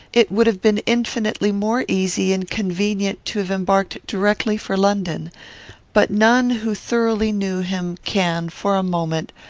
it would have been infinitely more easy and convenient to have embarked directly for london but none who thoroughly knew him can, for a moment,